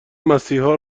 مسیحا